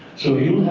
so you'll